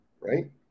right